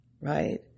right